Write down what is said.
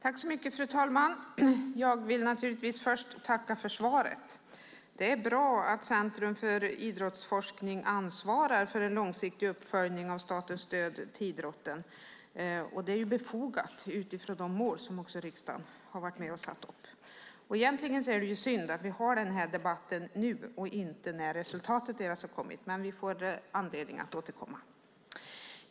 Fru talman! Först vill jag tacka för svaret. Det är bra att Centrum för idrottsforskning ansvarar för en långsiktig uppföljning av statens stöd till idrotten. Det är befogat utifrån de mål som riksdagen varit med och satt upp. Egentligen är det synd att vi har den här debatten nu och inte när deras resultat har kommit, men vi får säkert anledning att återkomma.